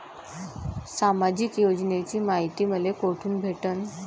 सामाजिक योजनेची मायती मले कोठून भेटनं?